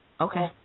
Okay